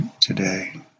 today